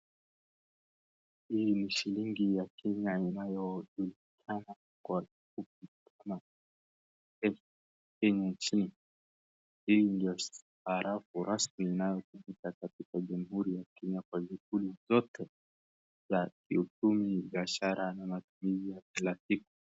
Hii ni shilingi ya Kenya inayojulikana kwa kutumika sana nchini, hii ndio sarafu rasmi inayotumika katika jamhuri ya Kenya kwa juhudi zote za kiuchumi, biashara na kulipia kila kitu.